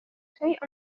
شيء